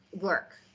work